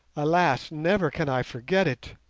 alas, never can i forget it!